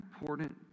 important